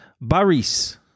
Baris